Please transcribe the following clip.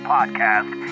Podcast